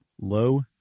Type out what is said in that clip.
Low